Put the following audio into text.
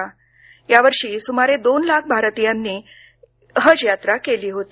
गेल्या वर्षी सुमारे दोन लाख भारतीयांनी हज यात्रा केली होती